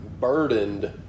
burdened